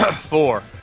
Four